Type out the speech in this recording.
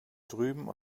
drüben